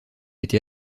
été